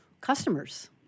customers